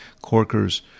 Corker's